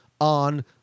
on